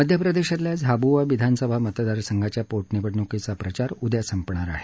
मध्यप्रदेशातल्या झाबुआ विधानसभा मतदारसंघाच्या पोटनिवडणूकीच्या प्रचार उद्या संपणार आहे